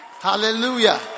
Hallelujah